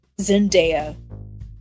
Zendaya